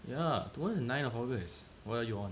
ya tomorrow is nine of august what are you on